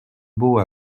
beau